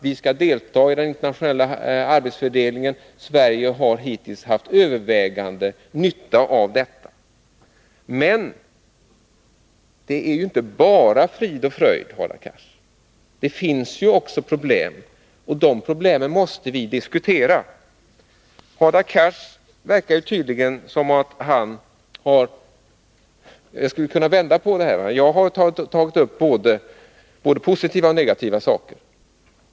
Vi skall delta i den internationella arbetsfördelningen, och Sverige har hittills haft övervägande nytta av detta. Men det är inte bara frid och fröjd, Hadar Cars. Det finns också bekymmer, och dem måste vi göra något åt. Jag har tagit upp både positiva och negativa saker.